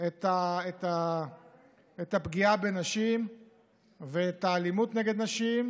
את הפגיעה בנשים ואת האלימות נגד נשים.